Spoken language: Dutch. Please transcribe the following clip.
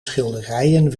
schilderijen